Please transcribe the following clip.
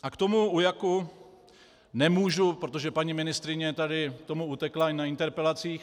A k UJAK nemůžu, protože paní ministryně tady tomu utekla i na interpelacích.